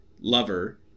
lover